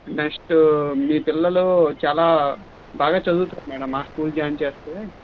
next మీ పిల్లలు బాగా చదువుతారు మేడం మా స్కూల్ జాయిన్ చేస్తే